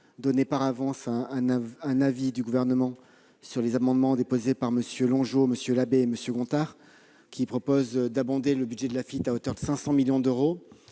donner par avance l'avis du Gouvernement sur les amendements déposés par MM. Longeot, Labbé et Gontard, qui proposent d'abonder le même budget à hauteur de 500 millions d'euros.